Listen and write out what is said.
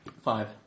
Five